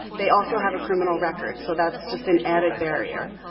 they also have a criminal record. so that's just an added barrier.